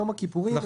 יום הכיפורים,